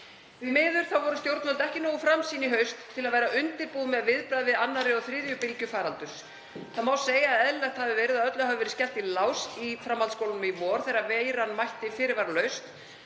miður voru stjórnvöld ekki nógu framsýn í haust til að vera undirbúin með viðbragð við annarri og þriðju bylgju faraldurs. Það má segja að eðlilegt hafi verið að öllu hafi verið skellt í lás í framhaldsskólanum í vor þegar veiran mætti fyrirvaralaust.